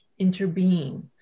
interbeing